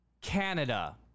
Canada